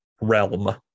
realm